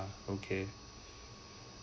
okay